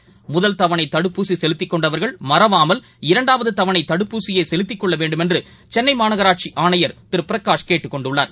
கொண்டவர்கள் தவணைதடுப்பூசிசெலுத்திக் மறவாமல் முதல் இரண்டாவதுதவணைதடுப்பூசியைசெலுத்திக் கொள்ளவேண்டுமென்றுசென்னைமாநகராட்சி ஆணையர் திருபிரகாஷ் கேட்டுக் கொண்டுள்ளார்